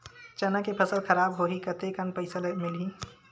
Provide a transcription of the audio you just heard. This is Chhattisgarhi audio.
चना के फसल खराब होही कतेकन पईसा मिलही?